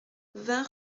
vingt